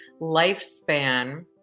lifespan